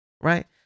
Right